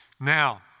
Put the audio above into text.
Now